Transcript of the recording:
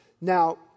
Now